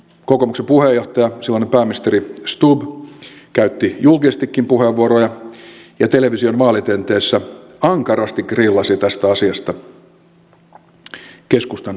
kokoomuksen puheenjohtaja silloinen pääministeri stubb käytti julkisestikin puheenvuoroja ja television vaalitenteissä ankarasti grillasi tästä asiasta keskustan puheenjohtaja sipilää